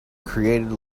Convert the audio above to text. created